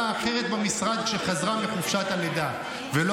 גם דאג לה לתנאים זהים במשרה אחרת במשרד כשחזרה מחופשת הלידה ולא